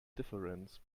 difference